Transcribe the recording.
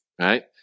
right